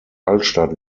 altstadt